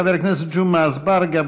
חבר הכנסת ג'מעה אזברגה,